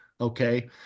Okay